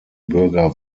bürger